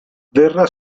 verrà